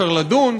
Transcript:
אפשר לדון.